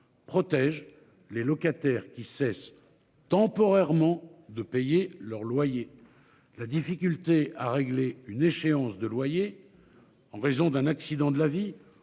Protège les locataires qui cesse temporairement de payer leur loyer. La difficulté à régler une échéance de loyer. En raison d'un accident de la vie